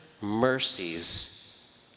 mercies